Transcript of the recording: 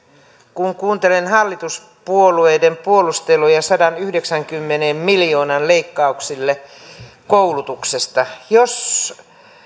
kun kuuntelen hallituspuolueiden puolusteluja sadanyhdeksänkymmenen miljoonan leikkauksille koulutuksesta jos